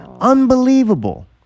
Unbelievable